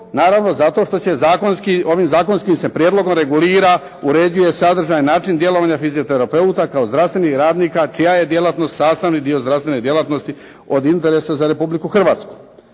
naravno zato što će zakonski, ovim zakonskim se prijedlogom regulira, uređuje sadržaj, način djelovanja fizioterapeuta kao zdravstvenih radnika čija je djelatnost sastavni dio zdravstvene djelatnosti od interesa za Republiku Hrvatsku.